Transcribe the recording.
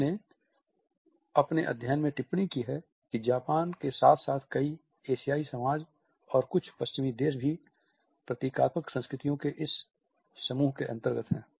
hall ने अपने अध्ययन में टिप्पणी की है कि जापान के साथ साथ कई एशियाई समाज और कुछ पश्चिमी देश भी प्रतीकात्मक संस्कृतियों के इस समूह के अंतर्गत हैं